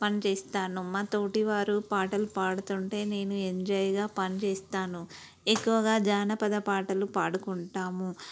పనిచేస్తాను మా తోటి వారు పాటలు పాడుతుంటే నేను ఎంజాయ్గా పని చేస్తాను ఎక్కువగా జానపద పాటలు పాడుకుంటాము